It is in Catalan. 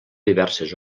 diverses